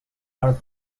are